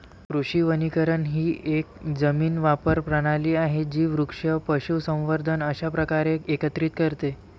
कृषी वनीकरण ही एक जमीन वापर प्रणाली आहे जी वृक्ष, पशुसंवर्धन अशा प्रकारे एकत्रित करते